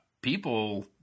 people